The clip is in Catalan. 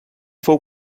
fou